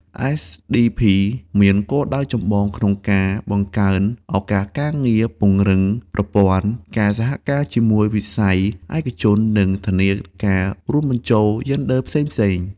SDP មានគោលដៅចម្បងក្នុងការ បង្កើនឱកាសការងារ ពង្រឹងប្រព័ន្ធ ការសហការជាមួយវិស័យឯកជន និងធានាការរួមបញ្ចូលយេនឌ័រផ្សេងៗ។